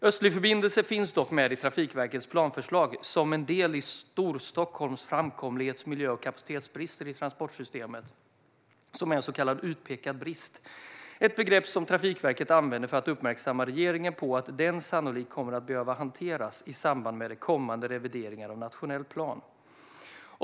Östlig förbindelse finns dock med i Trafikverkets planförslag som en del i "Storstockholm - framkomlighets, miljö och kapacitetsbrister i transportsystemet", som är en så kallad utpekad brist, ett begrepp som Trafikverket använder för att uppmärksamma regeringen på att den sannolikt kommer att behöva hanteras i samband med kommande revideringar av nationell plan.